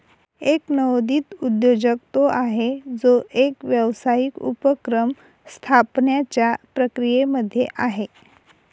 एक नवोदित उद्योजक तो आहे, जो एक व्यावसायिक उपक्रम स्थापण्याच्या प्रक्रियेमध्ये आहे